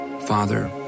Father